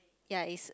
ya is